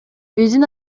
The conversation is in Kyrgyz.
биздин